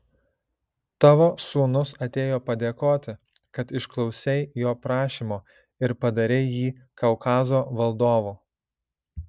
tavo sūnus atėjo padėkoti kad išklausei jo prašymo ir padarei jį kaukazo valdovu